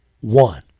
one